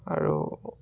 আৰু